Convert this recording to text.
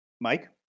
Mike